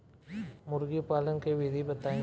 मुर्गी पालन के विधि बताई?